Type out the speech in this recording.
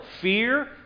fear